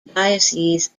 diocese